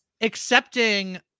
accepting